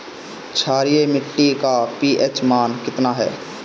क्षारीय मीट्टी का पी.एच मान कितना ह?